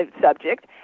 subject